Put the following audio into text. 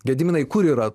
gediminai kur yra